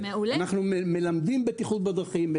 אנחנו מלמדים בטיחות בדרכים,